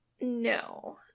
no